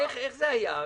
איך זה היה?